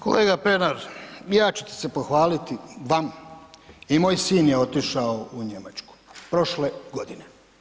Kolega Pernar, ja ću ti se pohvaliti, vam i moj sin je otišao u Njemačku prošle godine.